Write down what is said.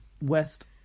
West